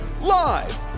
live